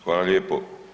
Hvala lijepo.